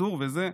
מנסור וזה,